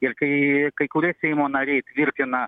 ir kai kai kurie seimo nariai tvirtina